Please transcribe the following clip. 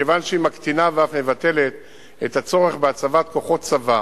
מכיוון שהיא מקטינה ואף מבטלת את הצורך בהצבת כוחות צבא